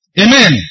Amen